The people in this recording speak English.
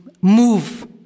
move